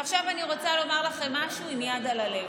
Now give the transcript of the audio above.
עכשיו אני רוצה לומר לכם משהו עם יד על הלב,